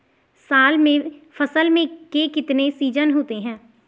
साल में फसल के कितने सीजन होते हैं?